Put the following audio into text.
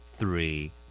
Three